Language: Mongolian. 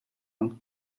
хамт